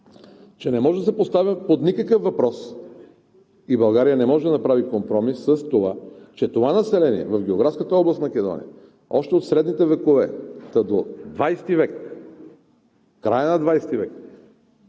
че не може да се поставя под никакъв въпрос и България не може да направи компромис с това, че това население в географската област Македония още от средните векове, та до ХХ век, краят на ХХ век,